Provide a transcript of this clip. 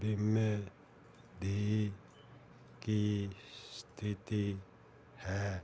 ਬੀਮੇ ਦੀ ਕੀ ਸਥਿਤੀ ਹੈ